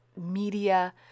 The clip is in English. media